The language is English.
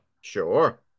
Sure